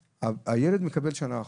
הילד מקבל שנה אחת,